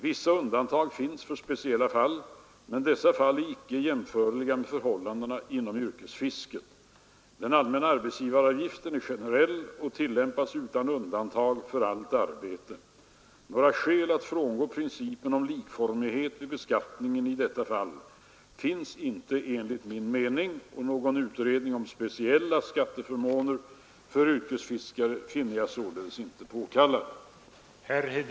Vissa undantag finns för speciella fall, men dessa fall är inte jämförliga med förhållandena inom yrkesfisket. Den allmänna arbetsgivaravgiften är generell och tillämpas utan undantag för allt arbete. Några skäl att frångå principen om likformighet vid beskattningen i detta fall finns inte enligt min mening. Någon utredning om speciella skatteförmåner för yrkesfiskare finner jag således inte påkallad.